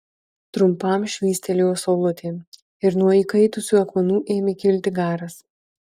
trumpam švystelėjo saulutė ir nuo įkaitusių akmenų ėmė kilti garas